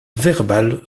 verbal